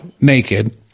naked